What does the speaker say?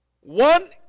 One